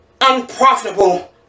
Unprofitable